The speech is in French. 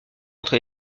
entre